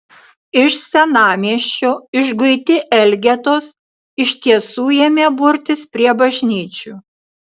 iš senamiesčio išguiti elgetos iš tiesų ėmė burtis prie bažnyčių